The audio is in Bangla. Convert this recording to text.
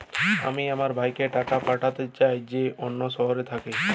আমি আমার ভাইকে টাকা পাঠাতে চাই যে অন্য শহরে থাকে